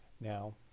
now